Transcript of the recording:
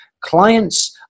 Clients